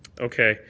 okay.